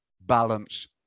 balance